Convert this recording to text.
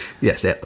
Yes